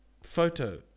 photo